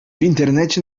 internecie